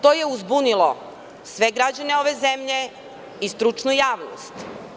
To je uzbunilo sve građane ove zemlje i stručnu javnost.